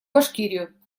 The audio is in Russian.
башкирию